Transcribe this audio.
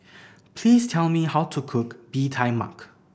please tell me how to cook Bee Tai Mak